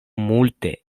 multe